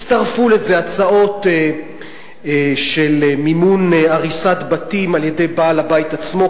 הצטרפו לזה הצעות של מימון הריסת בתים על-ידי בעל הבית עצמו,